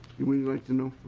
you would like to know?